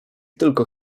tylko